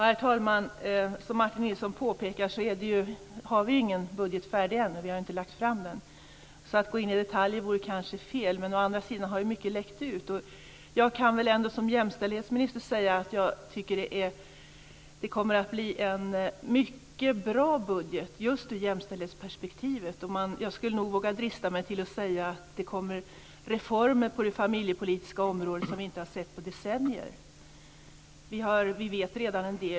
Herr talman! Som Martin Nilsson påpekar är budgeten ännu inte färdig; vi har ju inte lagt fram den. Att gå in på detaljer vore därför kanske fel. Å andra sidan har ju mycket läckt ut. Som jämställdhetsminister kan jag ändå säga att det kommer att bli en mycket bra budget, just i ett jämställdhetsperspektiv. Jag skulle nog våga drista mig till att säga att det på det familjepolitiska området kommer reformer som vi inte sett på decennier. Vi vet redan en del.